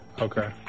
Okay